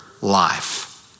life